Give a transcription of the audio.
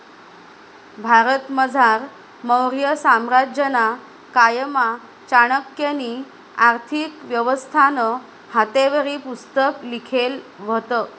भारतमझार मौर्य साम्राज्यना कायमा चाणक्यनी आर्थिक व्यवस्थानं हातेवरी पुस्तक लिखेल व्हतं